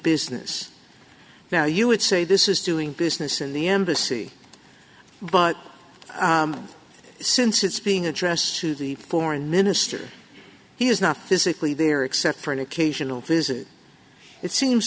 business now you would say this is doing business in the embassy but since it's being addressed to the foreign minister he is not physically there except for an occasional visit it seems